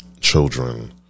children